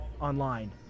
online